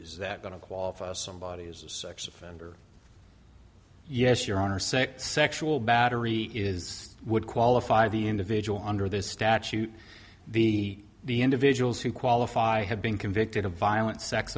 is that going to qualify somebody as a sex offender yes your honor say sexual battery is would qualify the individual under this statute the the individuals who qualify have been convicted of violent sex